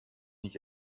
nicht